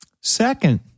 Second